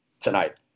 tonight